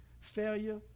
failure